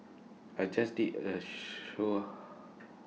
I just did A